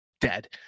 dead